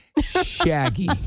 Shaggy